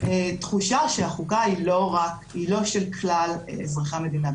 תחושה שהחוקה היא לא של כלל אזרחי המדינה,